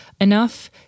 enough